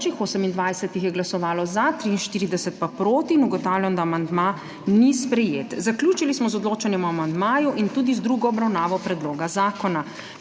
(Za je glasovalo 28.) (Proti 43.) Ugotavljam, da amandma ni sprejet. Zaključili smo z odločanjem o amandmaju in tudi z drugo obravnavo predloga zakona.